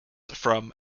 from